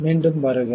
மீண்டும் வருக